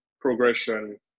progression